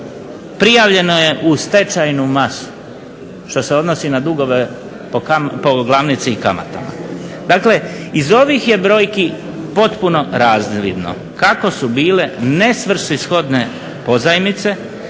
prijavljeno je u stečajnu masu što se odnosi na dugove po glavnici i kamatama. Dakle, iz ovih je brojki potpuno razvidno kako su bile nesvrsishodne pozajmice,